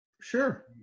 Sure